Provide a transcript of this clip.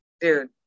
dude